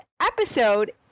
episode